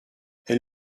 elle